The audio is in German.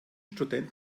studenten